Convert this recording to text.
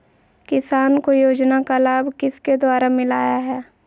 किसान को योजना का लाभ किसके द्वारा मिलाया है?